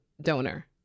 donor